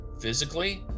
physically